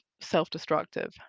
self-destructive